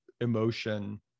emotion